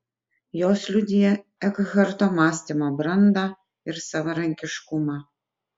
jos liudija ekharto mąstymo brandą ir savarankiškumą